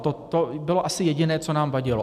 A to bylo asi jediné, co nám vadilo.